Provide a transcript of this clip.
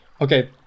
Okay